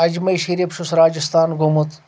اجمیر شریف چھُس راجستان گوٚومُت